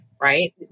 right